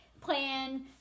plan